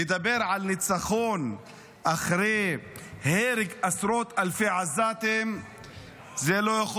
לדבר על ניצחון אחרי הרג עשרות אלפי עזתים לא יכול